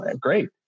Great